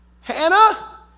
Hannah